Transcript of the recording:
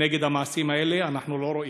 נגד המעשים האלה אנחנו לא רואים.